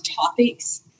topics